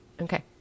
Okay